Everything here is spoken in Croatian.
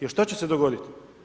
Jer šta će se dogodit?